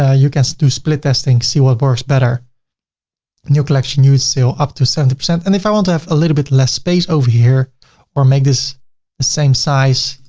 ah you can do split testing, see what works better new collection, huge sale up to seventy. and if i want to have a little bit less space over here or make this the same size,